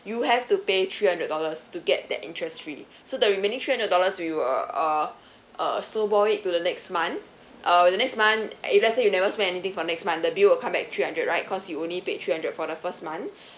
you have to pay three hundred dollars to get that interest free so the remaining three dollars we will uh uh uh snowball it to the next month uh the next month if let's say you never spend anything for next month the bill will come back with three hundred right cause you only paid three hundred for the first month